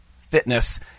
fitness